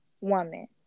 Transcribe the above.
woman